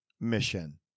mission